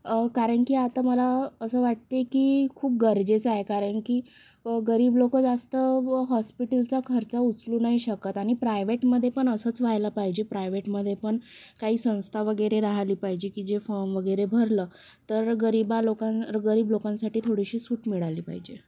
कारण की आता मला असं वाटते की खूप गरजेचं आहे कारण की गरीब लोकं जास्त हॉस्पिटलचा खर्च उचलू नाही शकत आणि प्रायव्हेटमध्ये पण असंच व्हायला पाहिजे प्रायवेटमध्ये पण काही संस्था वगैरे राहली पाहिजे की जे फॉर्म वगैरे भरलं तर गरीबा लोका गरीब लोकांसाठी थोडीशी सूट मिळाली पाहिजे